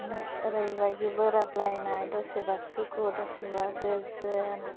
माने ओरैबायदि बोराबलानाय दसेबा सुखु दसेबा गोजोन